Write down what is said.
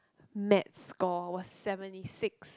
maths score was seventy six